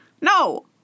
No